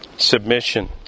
Submission